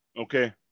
okay